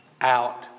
out